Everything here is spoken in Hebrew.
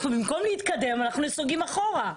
אנחנו במקום להתקדם אנחנו נסוגים אחורה.